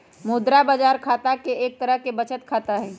मुद्रा बाजार खाता एक तरह के बचत खाता हई